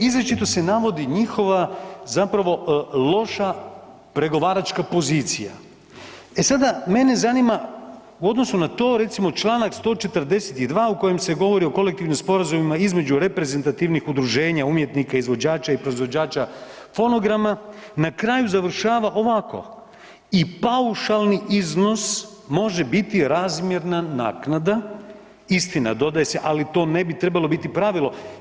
Izričito se navodi njihova zapravo loša pregovaračka pozicija i sada mene zanima u odnosu na to recimo čl. 142. u kojem se govori o kolektivnim sporazumima između reprezentativnih udruženja umjetnika izvođača i proizvođača fonograma na kraju završava ovako „i paušalni iznos može biti razmjerna naknada“, istina dodaje se, ali to ne bi trebalo biti pravilo.